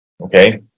okay